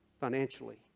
financially